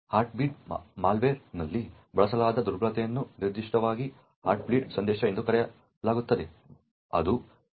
Heartbleed ಮಾಲ್ವೇರ್ನಲ್ಲಿ ಬಳಸಲಾದ ದುರ್ಬಲತೆಯನ್ನು ನಿರ್ದಿಷ್ಟವಾಗಿ ಹಾರ್ಟ್ಬೀಟ್ ಸಂದೇಶ ಎಂದು ಕರೆಯಲಾಗುತ್ತದೆ ಅದು TLS ಲೈಬ್ರರಿಯೊಂದಿಗೆ ಇರುತ್ತದೆ